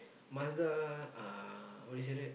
Mazda uh what do you say that